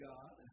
God